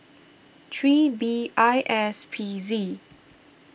three B I S P Z